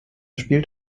spielt